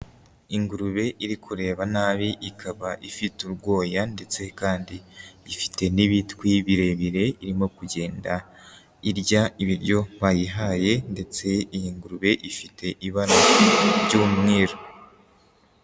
Ingurube iri kureba nabi, ikaba ifite urwoya ndetse kandi ifite n'ibitwi birebire, irimo kugenda irya ibiryo wayihaye ndetse iyi ngurube ifite ibara ry'umweru.